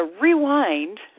rewind